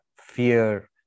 fear